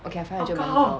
okay five hundred 蛮高